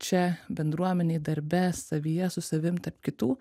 čia bendruomenėj darbe savyje su savim tarp kitų